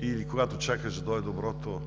или чакаш да дойде доброто.